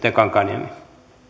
herra puhemies